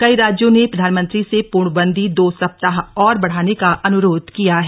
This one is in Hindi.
कई राज्यों ने प्रधानमंत्री से पूर्णबंदी दो सप्ताह और बढ़ाने का अनुरोध किया है